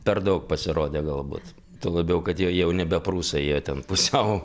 per daug pasirodė galbūt tuo labiau kad jie jau nebe prūsai jie ten pusiau